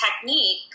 technique